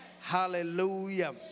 Hallelujah